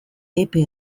epe